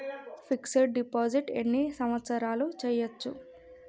Fix డ్ deposit ఎన్ని సంవత్సరాలు చేయచ్చు?